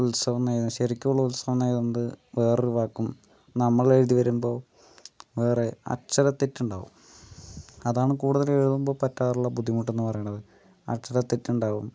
ഉത്സവമെന്നെഴുതുന്നത് ശരിക്കുള്ള ഉത്സവമെന്നെഴുതുന്നത് വേറൊരു വാക്കും നമ്മളെഴുതി വരുമ്പോൾ വേറെ അക്ഷരത്തെറ്റുണ്ടാവും അതാണ് കൂടുതൽ എഴുതുമ്പോൾ പറ്റാറുള്ള ബുദ്ധിമുട്ടെന്നു പറയണത് അക്ഷരത്തെറ്റുണ്ടാകും